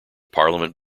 parliament